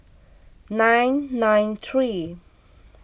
nine nine three